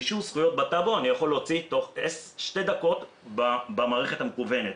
באישור זכויות בטאבו אני יכול להוציא תוך שתי דקות במערכת המקוונת,